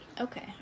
Okay